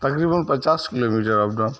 تقریباً پچاس kilometre up down